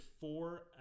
four